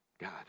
God